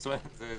זו נקודה חשובה.